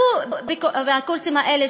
שהשתתפו בקורסים האלה,